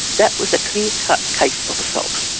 that was a clear-cut case of assault.